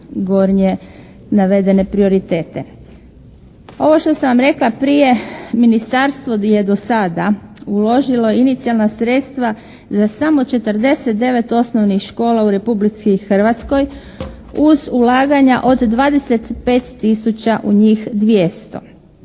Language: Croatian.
Ovo što sam vam rekla prije, ministarstvo je do sada uložilo inicijalna sredstva za samo 49 osnovnih škola u Republici Hrvatskoj, uz ulaganja od 25 tisuća u njih 200,